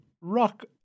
rock